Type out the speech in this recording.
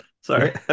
Sorry